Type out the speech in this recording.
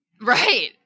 Right